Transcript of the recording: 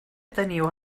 teniu